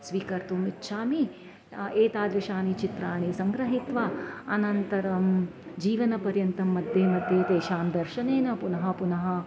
स्वीकर्तुम् इच्छामि एतादृशानि चित्राणि सङ्गृहीत्वा अनन्तरं जीवनपर्यन्तं मध्ये मध्ये तेषां दर्शनेन पुनः पुनः